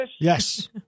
Yes